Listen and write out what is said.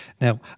Now